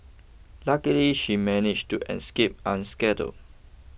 luckily she managed to escape unscathed